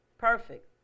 Perfect